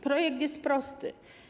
Projekt jest prosty.